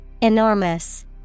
Enormous